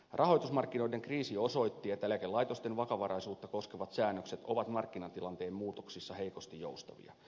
rahoitusmarkkinoiden kriisi osoitti että eläkelaitosten vakavaraisuutta koskevat säännökset ovat markkinatilanteen muutoksissa heikosti joustavia